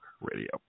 Radio